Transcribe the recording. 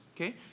okay